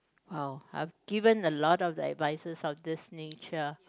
oh I've given a lot of that advises of this nature